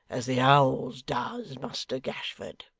as the howls does, muster gashford